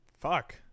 fuck